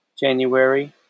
January